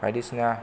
बायदिसिना